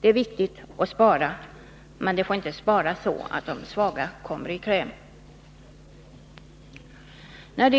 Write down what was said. Det är visserligen viktigt att spara, men det får inte sparas på ett sådant sätt att de svaga kommer i kläm.